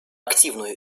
активную